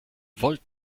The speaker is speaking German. volt